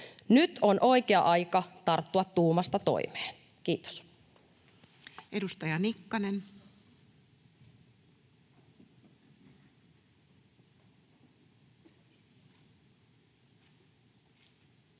Nyt on oikea aika tarttua tuumasta toimeen. — Kiitos. Edustaja Nikkanen. Arvoisa